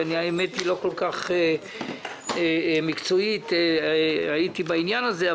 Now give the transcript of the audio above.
שהאמת היא לא כל כך מקצועית הייתי בעניין הזה.